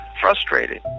Frustrated